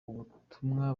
ubutumwa